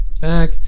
back